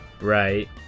Right